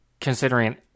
considering